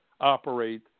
operate